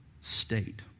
state